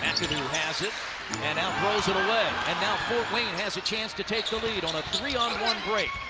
has it and now throws it away. and now fort wayne has a chance to take the lead on a three-on-one break.